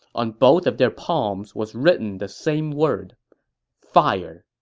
on both of their palms was written the same word fire